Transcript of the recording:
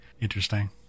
interesting